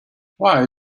why